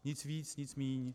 Nic víc, nic míň.